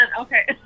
okay